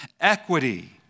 equity